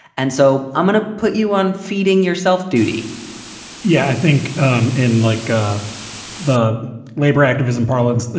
and so i'm going to put you on feeding yourself duty yeah, i think um in like ah the labor activism parlance,